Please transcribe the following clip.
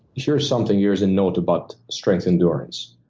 here's something here's a note about strength endurance.